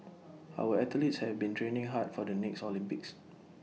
our athletes have been training hard for the next Olympics